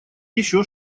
еще